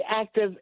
active